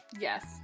Yes